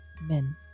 men